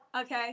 okay